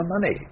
money